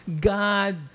god